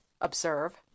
observe